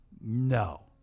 No